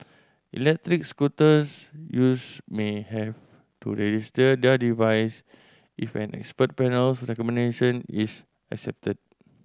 electric scooters use may have to register their device if an expert panel's recommendation is accepted